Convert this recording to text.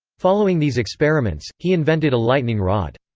following these experiments, he invented a lightning rod.